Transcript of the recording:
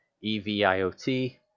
e-v-i-o-t